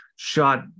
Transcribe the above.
shot